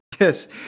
yes